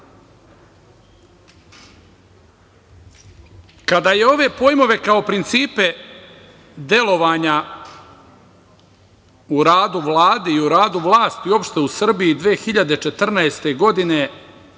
je ove pojmove, kao principe delovanja u radu Vlade i u radu vlasti uopšte u Srbiji 2014. godine